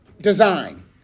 design